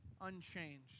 unchanged